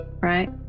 right